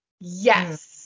Yes